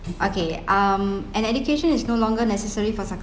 okay um an education is no longer necessary for